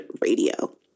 Radio